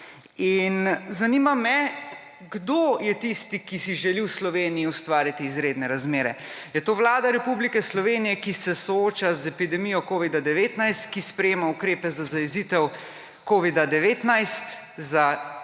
zanima me, kdo je tisti, ki si želi v Sloveniji ustvariti izredne razmere. Je to Vlada Republike Slovenije, ki se sooča z epidemijo covida-19, ki sprejema ukrepe za zajezitev covida-19,